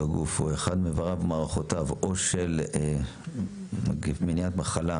הגוף או אחד מאבריו או מערכותיו או של מניעת מחלה,